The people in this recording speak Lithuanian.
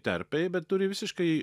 terpėj bet turi visiškai